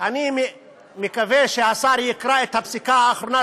אני מקווה שהשר יקרא את הפסיקה האחרונה,